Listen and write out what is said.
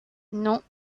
non